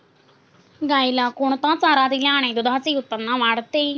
गाईला कोणता चारा दिल्याने दुधाचे उत्पन्न वाढते?